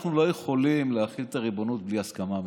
אנחנו לא יכולים להחיל את הריבונות בלי הסכמה אמריקאית,